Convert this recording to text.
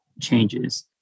changes